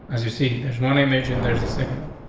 as you see, there's one image in there is the second one.